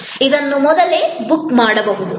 ಇದನ್ನು ಮೊದಲೇ ಬುಕ್ ಮಾಡಬಹುದು